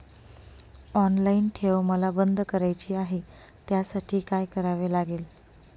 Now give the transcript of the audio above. Online ठेव मला बंद करायची आहे, त्यासाठी काय करावे लागेल?